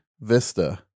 vista